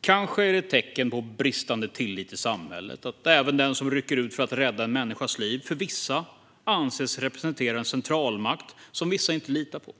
Kanske är det ett tecken på bristande tillit i samhället att även den som rycker ut för att rädda en människas liv av vissa anses representera en centralmakt som de inte litar på.